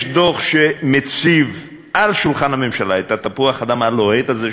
יש דוח שמציב על שולחן הממשלה את תפוח האדמה הלוהט הזה,